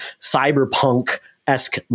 cyberpunk-esque